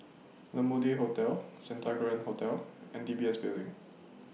La Mode Hotel Santa Grand Hotel and D B S Building